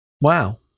Wow